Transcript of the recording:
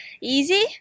easy